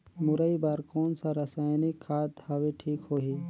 मुरई बार कोन सा रसायनिक खाद हवे ठीक होही?